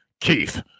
Keith